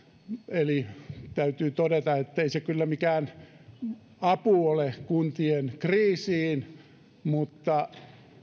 eli täytyy todeta ettei se kyllä mikään apu ole kuntien kriisiin mutta